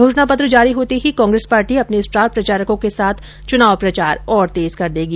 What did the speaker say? घोषणा पत्र जारी होते ही कांग्रेस पार्टी अपने स्टार प्रचारकों के साथ चुनाव प्रचार और तेज कर देगी